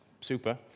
super